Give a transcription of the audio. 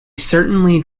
certainly